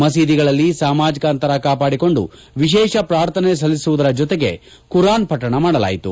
ಮಸೀದಿಗಳಲ್ಲಿ ಸಾಮಾಜಿಕ ಅಂತರ ಕಾಪಾಡಿಕೊಂಡು ವಿಶೇಷ ಪ್ರಾರ್ಥನೆ ಸಲ್ಲಿಸುವುದರ ಜೊತೆಗೆ ಖುರಾನ್ ಪಠಣ ಮಾಡಲಾಯಿತು